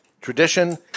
tradition